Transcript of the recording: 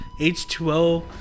H2O